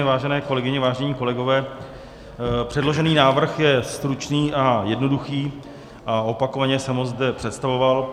Vážené kolegyně, vážení kolegové, předložený návrh je stručný a jednoduchý a opakovaně jsem ho zde představoval.